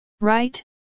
right